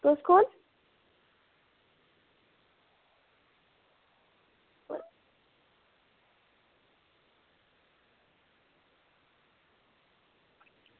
तुस कु'न